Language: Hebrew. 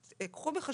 אז קחו בחשבון